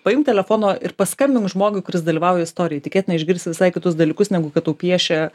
paimt telefono ir paskambink žmogui kuris dalyvauja istorijoj tikėtina išgirsi visai kitus dalykus negu kad tau piešia